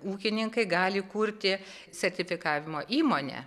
ūkininkai gali kurti sertifikavimo įmonę